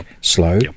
slow